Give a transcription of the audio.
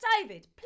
David